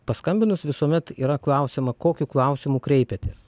paskambinus visuomet yra klausiama kokiu klausimu kreipiatės